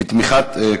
בבקשה.